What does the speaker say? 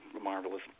marvelous